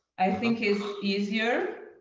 i think it's easier.